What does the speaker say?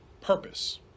purpose